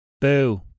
boo